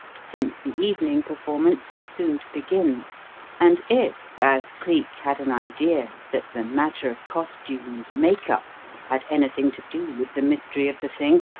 since the evening performance was soon to begin and if, as cleek had an idea, that the matter of costume and make-up had anything to do with the mystery of the thing,